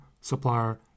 supplier